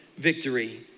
victory